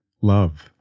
love